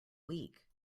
week